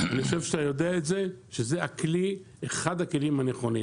ואני חושב שאתה יודע את זה שהכלי הזה הוא אחד הכלים הנכונים.